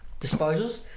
disposals